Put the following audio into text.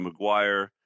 McGuire